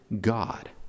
God